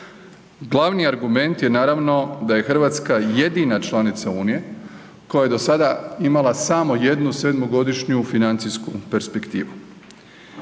Glavni argument je naravno da je Hrvatska jedina članica Unije koja je do sada imala samo jednu sedmogodišnju financijsku perspektivu